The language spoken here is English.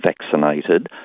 vaccinated